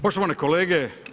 Poštovane kolege.